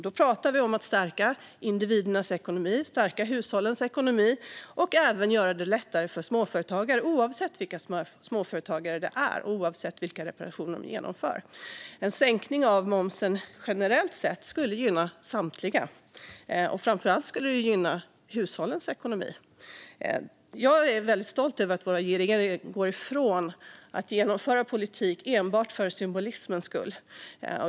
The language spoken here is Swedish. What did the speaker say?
Då handlar det om att stärka individernas och hushållens ekonomi och även göra det lättare för småföretagare, oavsett vilka småföretagare det är och oavsett vilka reparationer de genomför. En sänkning av momsen generellt sett skulle gynna samtliga, men framför allt hushållens ekonomi. Jag är väldigt stolt över att vår regering går ifrån att genomföra politik enbart för symbolikens skull.